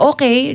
Okay